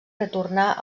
retorna